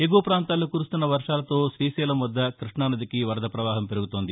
ఎగువ ప్రాంతాల్లో కురుస్తున్న వర్షాలతో శ్రీశైలం వర్ద కృష్ణానదికి వరద ప్రవాహం పెరుగుతోంది